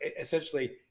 essentially